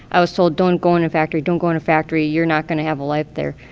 i was told, don't go in a factory. don't go in a factory. you're not going to have a life there.